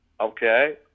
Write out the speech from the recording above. Okay